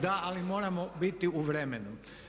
Da, ali moramo biti u vremenu.